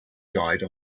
guide